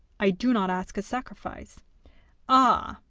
i do not ask a sacrifice ah!